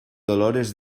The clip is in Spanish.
dolores